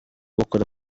gukora